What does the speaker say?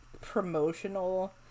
promotional